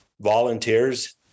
volunteers